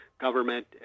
government